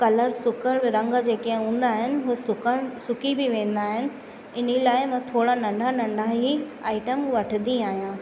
colour सुकल रंग जेके हुंदा आहिनि उहे सुकण सुकी बि वेंदा आहिनि हिन लाइ मां थोरा नंढा नंढा ही आइटम वठंदी आहियां